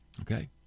Okay